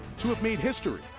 too have made history.